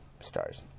Stars